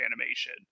animation